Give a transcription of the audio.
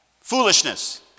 Foolishness